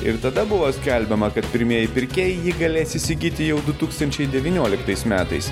ir tada buvo skelbiama kad pirmieji pirkėjai jį galės įsigyti jau du tūkstančiai devynioliktais metais